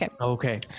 Okay